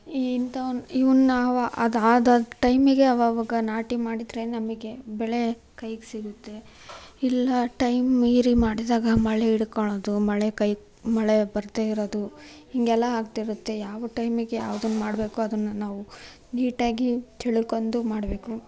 ಇಂತವ್ನ್ ಇವನ್ನು ಅವ ಅದಾದ ಟೈಮಿಗೆ ಅವ್ ಆವಾಗ ನಾಟಿ ಮಾಡಿದರೆ ನಮಗೆ ಬೆಳೆ ಕೈಗೆ ಸಿಗುತ್ತೆ ಇಲ್ಲ ಟೈಮ್ ಮೀರಿ ಮಾಡಿದಾಗ ಮಳೆ ಹಿಡ್ಕೊಳೋದು ಮಳೆ ಕೈ ಮಳೆ ಬರದೇ ಇರೋದು ಹೀಗೆಲ್ಲ ಆಗ್ತಾ ಇರುತ್ತೆ ಯಾವ ಟೈಮಿಗೆ ಯಾವುದನ್ನು ಮಾಡಬೇಕೋ ಅದನ್ನು ನಾವು ನೀಟಾಗಿ ತಿಳ್ಕೊಂಡು ಮಾಡಬೇಕು